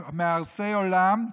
שהם מהרסי עולם.